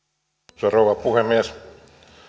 arvoisa rouva puhemies